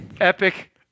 Epic